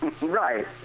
Right